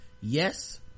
yes